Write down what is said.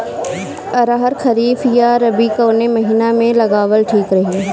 अरहर खरीफ या रबी कवने महीना में लगावल ठीक रही?